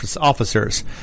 officers